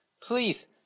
please